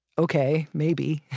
okay, maybe.